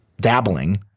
dabbling